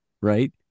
right